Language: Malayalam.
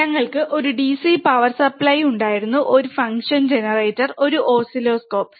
ഞങ്ങൾക്ക് ഒരു ഡിസി പവർ സപ്ലൈ ഉണ്ടായിരുന്നു ഒരു ഫംഗ്ഷൻ ജനറേറ്റർ ഒരു ഓസിലോസ്കോപ്പ്